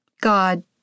God